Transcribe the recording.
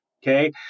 Okay